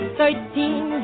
thirteen